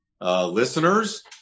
listeners